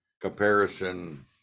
comparison